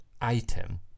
item